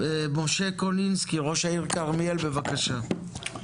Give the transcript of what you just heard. משה קונינסקי ראש העיר כרמיאל בבקשה.